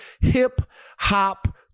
hip-hop